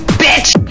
bitch